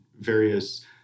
various